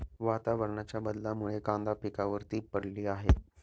वातावरणाच्या बदलामुळे कांदा पिकावर ती पडली आहे